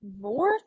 more